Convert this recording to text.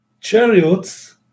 chariots